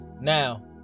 Now